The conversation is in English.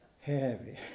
heavy